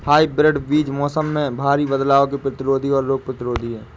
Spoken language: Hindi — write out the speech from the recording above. हाइब्रिड बीज मौसम में भारी बदलाव के प्रतिरोधी और रोग प्रतिरोधी हैं